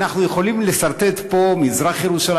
אנחנו יכולים לסרטט פה מזרח-ירושלים,